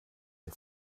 sie